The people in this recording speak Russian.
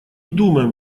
думаем